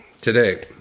today